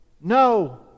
No